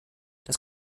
das